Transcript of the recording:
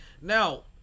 Now